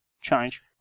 change